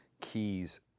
keys